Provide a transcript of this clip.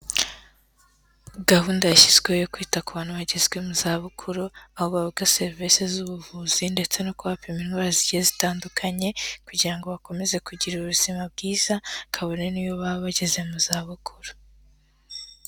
Gahunda yashyizweho yo kwita ku bantu bagezwe mu zabukuru, aho bahabwa serivise z'ubuvuzi ndetse no kubapima indwara zigiye zitandukanye kugira ngo bakomeze kugira ubuzima bwiza, kabone n'iyo baba bageze mu za bukuru.